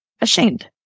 ashamed